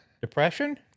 Depression